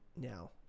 Now